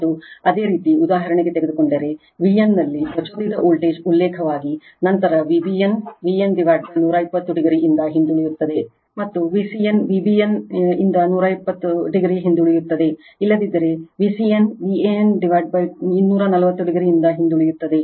ಮತ್ತು ಅದೇ ರೀತಿ ಉದಾಹರಣೆಗೆ ತೆಗೆದುಕೊಂಡರೆ V n ನಲ್ಲಿ ಪ್ರಚೋದಿತ ವೋಲ್ಟೇಜ್ ಉಲ್ಲೇಖವಾಗಿ ನಂತರ Vbn V n120 o ಇಂದ ಹಿಂದುಳಿಯುತ್ತದೆ ಮತ್ತು Vcn Vbn120 o ಇಂದ ಹಿಂದುಳಿಯುತ್ತದೆ ಇಲ್ಲದಿದ್ದರೆ Vcn Vantwo 240 oನಿಂದ ಹಿಂದುಳಿಯುತ್ತದೆ